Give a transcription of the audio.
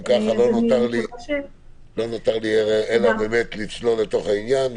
אם כך, לא נותר לי אלא באמת לצלול לתוך העניין.